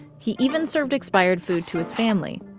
he even served expired food to his family.